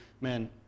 man